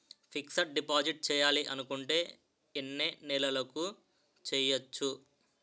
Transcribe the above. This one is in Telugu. ఫిక్సడ్ డిపాజిట్ చేయాలి అనుకుంటే ఎన్నే నెలలకు చేయొచ్చు?